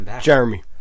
Jeremy